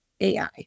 AI